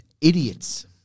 Idiots